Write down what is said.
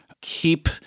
keep